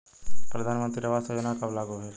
प्रधानमंत्री आवास योजना कब लागू भइल?